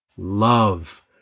love